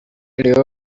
leo